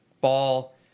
ball